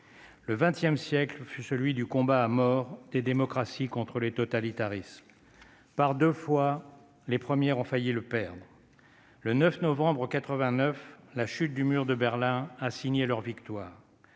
Le 20ème siècle fut celui du combat à mort des démocraties contre les totalitarismes, par 2 fois, les premières ont failli le perdre le 9 novembre 89, la chute du mur de Berlin signer leur victoire